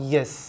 Yes